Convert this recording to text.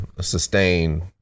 sustain